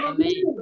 Amen